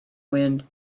wind